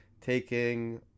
taking